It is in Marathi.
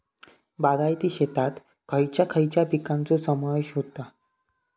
बागायती शेतात खयच्या खयच्या पिकांचो समावेश होता?